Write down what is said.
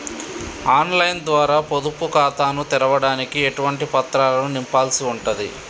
On line ద్వారా పొదుపు ఖాతాను తెరవడానికి ఎటువంటి పత్రాలను నింపాల్సి ఉంటది?